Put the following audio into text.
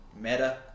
meta